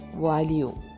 value